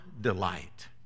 delight